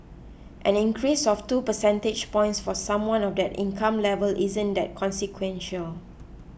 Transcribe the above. an increase of two percentage points for someone of that income level isn't that consequential